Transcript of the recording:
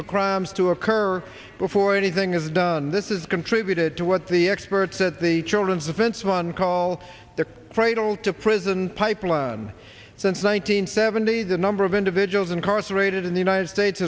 for crimes to occur before anything is done this is contributed to what the experts at the children's defense one call the cradle to prison pipeline since one nine hundred seventy the number of individuals incarcerated in the united states